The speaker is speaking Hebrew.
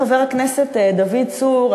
חבר הכנסת דוד צור,